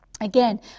Again